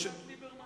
מה עמדת ליברמן?